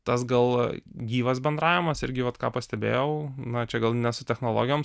tas gal gyvas bendravimas irgi vat ką pastebėjau na čia gal ne su technologijom